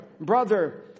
brother